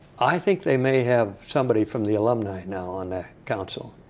i think they may have somebody from the alumni now on that council.